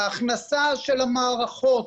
ההכנסה של המערכות